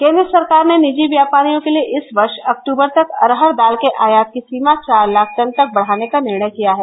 केन्द्र सरकार ने निजी व्यापारियों के लिए इस वर्ष अक्टूबर तक अरहर दाल के आयात की सीमा चार लाख टन तक बढ़ाने का निर्णय किया है